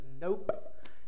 nope